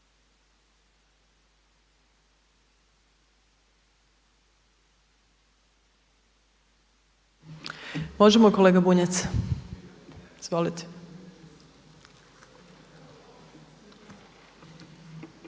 vama. Kolega Bunjac, izvolite.